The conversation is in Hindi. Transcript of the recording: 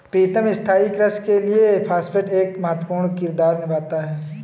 प्रीतम स्थाई कृषि के लिए फास्फेट एक महत्वपूर्ण किरदार निभाता है